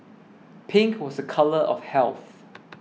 pink was a colour of health